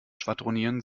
schwadronieren